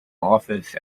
office